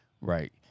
Right